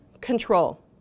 control